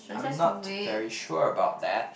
I'm not very sure about that